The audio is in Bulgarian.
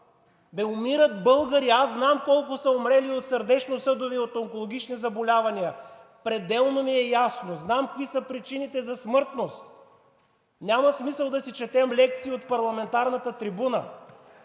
Умират българи! Аз знам колко са умрели от сърдечносъдови и от онкологични заболявания. Пределно ми е ясно, знам кои са причините за смъртност. Няма смисъл да си четем лекции от парламентарната трибуна.